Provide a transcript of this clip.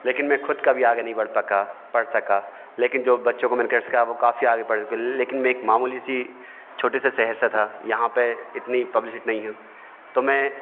लेकिन मैं ख़ुद कभी आगे नहीं बढ़ पका पढ़ सका लेकिन जो बच्चों को मैंने क्रिकेट सिखाया वे काफी आगे बढ़ लेकिन एक मामूली सी छोटे से शहर से था यहाँ पर इतनी पब्लिसिटी नहीं है तो मैं